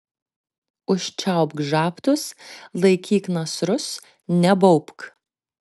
užčiaupk žabtus laikyk nasrus nebaubk